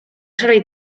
servir